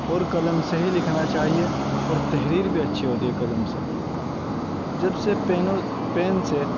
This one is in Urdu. اور قلم سے ہی لکھنا چاہیے اور تحریر بھی اچھی ہوتی ہے قلم سے جب سے پین اور پین سے